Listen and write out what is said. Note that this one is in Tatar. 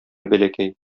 бәләкәй